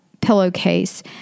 pillowcase